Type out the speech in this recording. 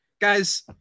guys –